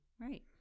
right